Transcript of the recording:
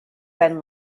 been